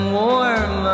warm